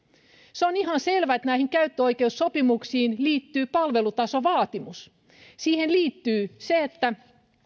se on ihan selvä että näihin käyttöoikeussopimuksiin liittyy palvelutasovaatimus siihen liittyy se että